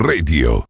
Radio